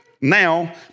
Now